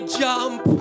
jump